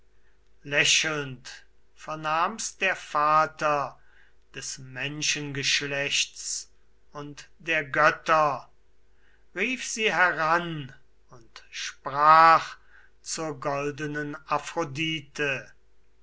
lächelnd vernahm's der vater des menschengeschlechts und der götter rief sie heran und sprach zur goldenen